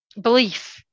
belief